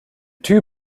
two